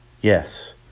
Yes